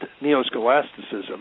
neo-scholasticism